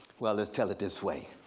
well let's tell it this way.